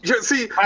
see